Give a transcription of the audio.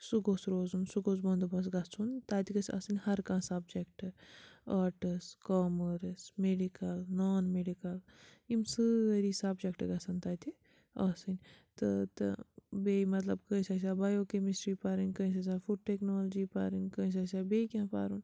سُہ گوٚژھ روزُن سُہ گوٚژھ بنٛدوبست گژھُن تَتہِ گٔژھہِ آسٕنۍ ہر کانٛہہ سَبجیٚکٹہٕ arts commerce medical non medical یِم سٲری سَبجیٚکٹہٕ گژھیٚن تَتہِ آسٕنۍ تہٕ تہٕ بیٚیہِ مطلب کٲنٛسہِ آسہِ ہا بَیوکمِسٹرٛی پَرٕنۍ کٲنٛسہِ آسہِ ہا فوڈ ٹیٚکنالجی پَرٕنۍ کٲنٛسہِ آسہِ ہا بیٚیہِ کیٚنٛہہ پَرُن